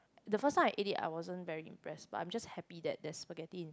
the first time I eat I wasn't very impress but I am just happy that there is spaghetti in front of